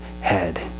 head